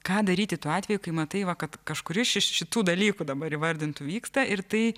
ką daryti tuo atveju kai matai va kad kažkuris iš šitų dalykų dabar įvardintų vyksta ir tai